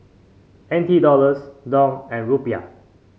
N T Dollars Dong and Rupiah